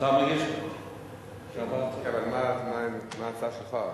מה ההצעה שלך?